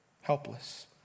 Helpless